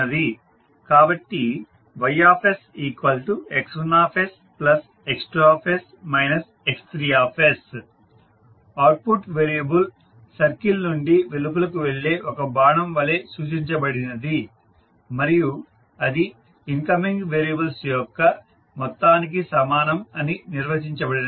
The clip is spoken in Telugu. కాబట్టి YsX1sX2s X3 output variable circle నుండి వెలుపలికి వెళ్లే ఒక బాణం వలె సూచించబడినది మరియు అది ఇన్కమింగ్ వేరియబుల్స్ యొక్క మొత్తానికి సమానం అని నిర్వచించబడినది